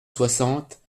soixante